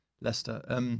Leicester